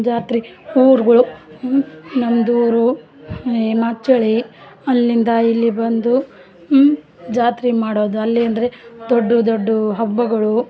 ಜಾತ್ರೆ ಊರುಗಳು ನಮ್ದೂರು ಏ ಮಾಗ್ಚಳಿ ಅಲ್ಲಿಂದ ಇಲ್ಲಿ ಬಂದು ಜಾತ್ರೆ ಮಾಡೋದು ಅಲ್ಲಿ ಅಂದರೆ ದೊಡ್ಡ ದೊಡ್ಡ ಹಬ್ಬಗಳು